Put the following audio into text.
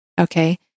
Okay